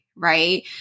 right